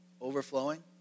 overflowing